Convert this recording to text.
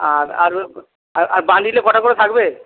আর আর আর বান্ডিলে কটা করে থাকবে